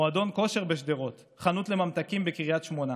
מועדון כושר בשדרות, חנות לממתקים בקריית שמונה